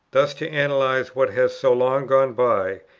thus to analyze what has so long gone by,